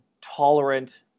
tolerant